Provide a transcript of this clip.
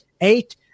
Eight